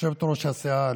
יושבת-ראש הסיעה,